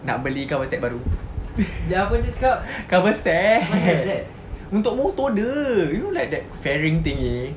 nak beli cover set baru cover set untuk motor dia you know like that fairing thingy